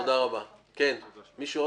ראש חטיבת תכנון.